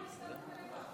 אני יאסר חוג'יראת,